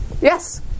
Yes